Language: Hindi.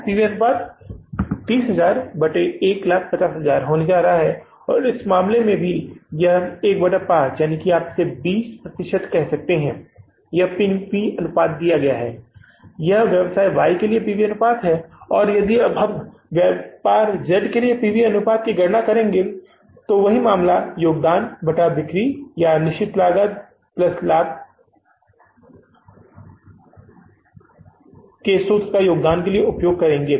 P V अनुपात 30000 150000 होने जा रहा है इसलिए आप इस मामले में भी 15 या 20 प्रतिशत कह सकते हैं क्या P V अनुपात दिया गया है यह व्यवसाय Y के लिए P V अनुपात है अब हम व्यापार जेड के लिए पी वी अनुपात की गणना करेंगे और वही मामला योगदान बिक्री या निश्चित लागत लाभ के इस सूत्र का उपयोग करेंगे